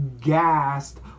gassed